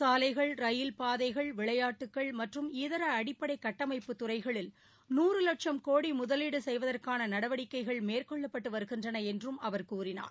சாலைகள் ரயில்பாதைகள் விளையாட்டுகள் மற்றும் இதர அடிப்படை கட்டமைப்பு துறைகளில் நூறு லட்சும் கோடி முதலீடு செய்வதற்கான நடவடிக்கைகள் மேற்கொள்ளப்பட்டு வருகின்றன என்றும் அவர் கூறினார்